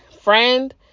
friend